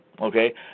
okay